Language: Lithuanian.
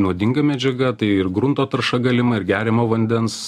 nuodinga medžiaga tai ir grunto tarša galima ir geriamo vandens